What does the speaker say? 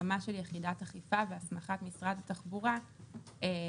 בהקמה של יחידת אכיפה והסמכת משרד התחבורה להתקנת